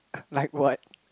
like what